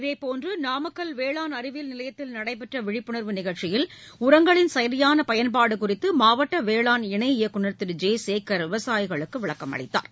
இதேபோன்று நாமக்கல் வேளாண் அறிவியல் நிலையத்தில் நடைபெற்ற விழிப்புணர்வு நிகழ்ச்சியில் உரங்களின் சரியான பயன்பாடு குறித்து மாவட்ட வேளாண் இணை இயக்குந் திரு ஜெ சேகா விவசாயிகளுக்கு விளக்கமளித்தார்